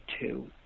two